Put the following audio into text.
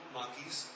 monkeys